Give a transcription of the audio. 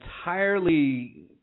entirely